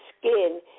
skin